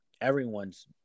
everyone's